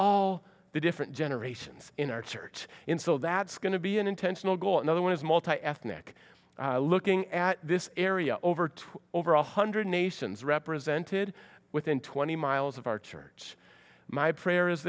all the different generations in our church in so that's going to be an intentional goal another one is multi ethnic looking at this area over to over one hundred nations represented within twenty miles of our church my prayer is